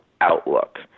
outlook